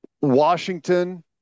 Washington